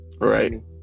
right